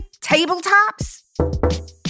tabletops